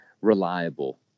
reliable